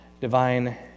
divine